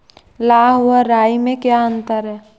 लाह व राई में क्या अंतर है?